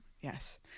Yes